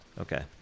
Okay